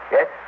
Yes